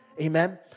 Amen